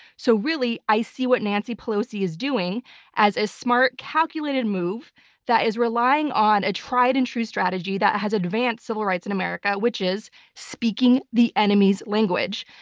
so really, i see what nancy pelosi is doing as a smart, calculated move that is relying on a tried and true strategy that has advanced civil rights in america, which is speaking the enemy's language.